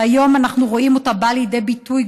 שהיום אנחנו רואים אותה באה לידי ביטוי